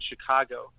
Chicago